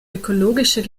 ökologischer